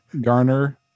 garner